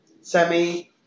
semi –